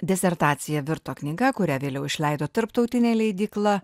disertacija virto knyga kurią vėliau išleido tarptautinė leidykla